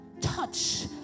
touch